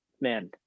man